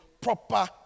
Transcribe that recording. proper